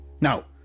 Now